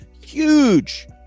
huge